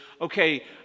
okay